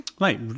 Right